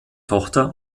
tochter